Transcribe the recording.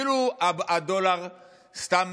הדולר סתם